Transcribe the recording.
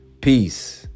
Peace